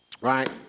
right